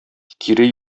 кире